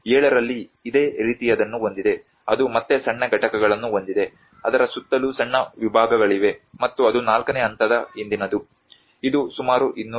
7 ರಲ್ಲಿ ಇದೇ ರೀತಿಯದ್ದನ್ನು ಹೊಂದಿದೆ ಅದು ಮತ್ತೆ ಸಣ್ಣ ಘಟಕಗಳನ್ನು ಹೊಂದಿದೆ ಅದರ ಸುತ್ತಲೂ ಸಣ್ಣ ವಿಭಾಗಗಳಿವೆ ಮತ್ತು ಅದು 4 ನೇ ಹಂತದ ಹಿಂದಿನದು ಇದು ಸುಮಾರು 200 280 ಕ್ರಿ